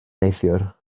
neithiwr